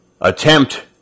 attempt